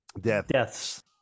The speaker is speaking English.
Deaths